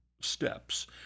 steps